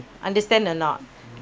understand or not